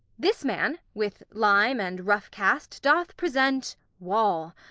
this man, with lime and rough-cast, doth present wall,